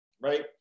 Right